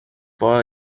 for